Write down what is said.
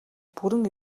бүрэн